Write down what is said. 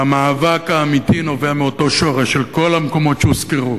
המאבק האמיתי נובע מאותו שורש של כל המקומות שהוזכרו: